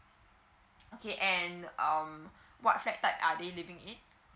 okay and um what flat type are they living in